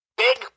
big